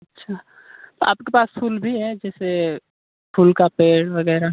अच्छा आपके पास फूल भी हैं जैसे फूल का पेड़ वगैरह